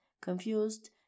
confused